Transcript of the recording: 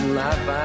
life